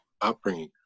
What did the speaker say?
upbringing